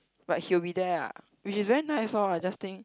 but he'll be there ah which is very nice orh I just think